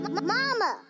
Mama